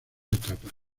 etapas